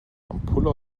ampulle